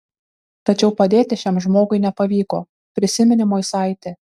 tačiau padėti šiam žmogui nepavyko prisiminė moisaitė